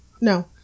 no